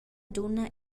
dunna